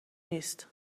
نیست